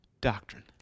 doctrine